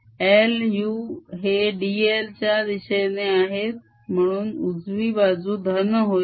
l u हे dl च्या दिशे आहेत म्हणून उजवी बाजू धन होईल